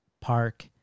Park